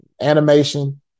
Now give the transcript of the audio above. animation